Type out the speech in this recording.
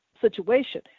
situation